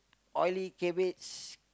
oily cabbage